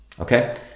Okay